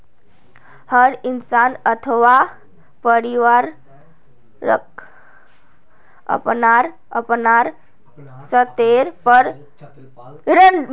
हर इंसान अथवा परिवारक अपनार अपनार स्तरेर पर पर्सनल फाइनैन्स जरूर करना चाहिए